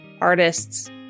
artists